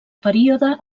període